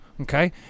Okay